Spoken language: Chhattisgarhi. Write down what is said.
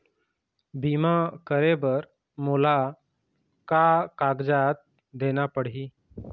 बीमा करे बर मोला का कागजात देना पड़ही?